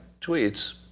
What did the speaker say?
tweets